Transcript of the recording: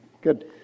good